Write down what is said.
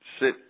sit